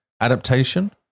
Adaptation